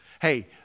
Hey